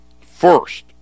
First